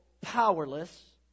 powerless